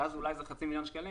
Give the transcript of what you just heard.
ואז אולי זה חצי מיליון שקלים.